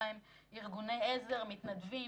ארגוני עזר ומתנדבים.